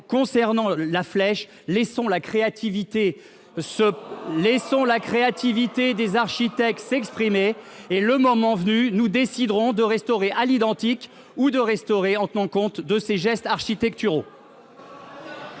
la créativité, ce n'est son la créativité des architectes s'exprimer et le moment venu, nous déciderons de restaurer à l'identique ou de restaurer, en tenant compte de ces gestes architecturaux.